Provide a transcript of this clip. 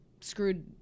screwed